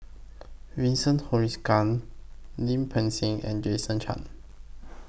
Vincent Lim Peng Siang and Jason Chan